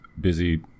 busy